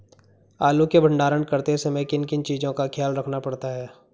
आलू के भंडारण करते समय किन किन चीज़ों का ख्याल रखना पड़ता है?